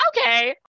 okay